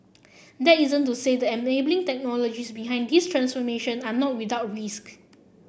that isn't to say the enabling technologies behind this transformation are not without risk